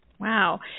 Wow